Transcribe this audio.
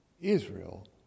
Israel